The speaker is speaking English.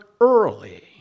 early